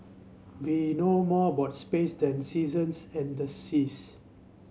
we know more about space than seasons and the seas